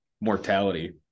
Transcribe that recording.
mortality